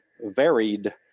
varied